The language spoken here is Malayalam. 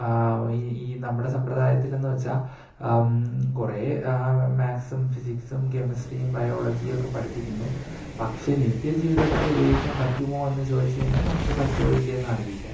ഈ ഈ നമ്മുടെ സമ്പ്രദായത്തിലെന്നുവച്ചാല് കുറെ മാത്ത്സും ഫിസിക്സും കെമിസ്ട്രിയും ബയോളജിയൊക്കെ പഠിപ്പിക്കുന്നു പക്ഷെ നിത്യജീവിതത്തില് ഉപയോഗിക്കാൻ പറ്റുമോ എന്നുചോദിച്ചുകഴിഞ്ഞാൽ നമ്മള്ക്ക് പറ്റുമോ ഇല്ലയോന്ന് അറിയില്ല